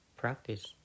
Practice